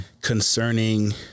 concerning